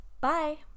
Bye